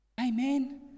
amen